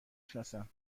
شناسم